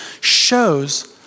shows